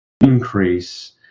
increase